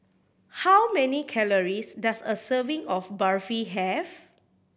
how many calories does a serving of Barfi have